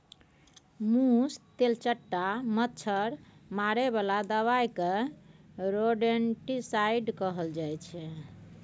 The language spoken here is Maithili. मुस, तेलचट्टा, मच्छर मारे बला दबाइ केँ रोडेन्टिसाइड कहल जाइ छै